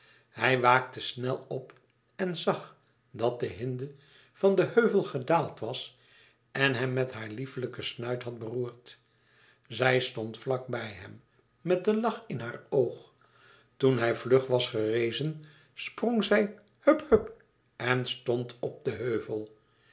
hij waakte snel op en zag dat de hinde van den heuvel gedaald was en hem met haar lieflijken snuit had beroerd zij stond vlak bij hem met den lach in haar oog toen hij vlug was gerezen sprong zij hùp hùp en stond op den heuvel